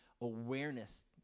awareness